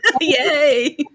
Yay